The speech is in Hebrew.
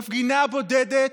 מפגינה בודדת,